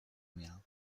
mehr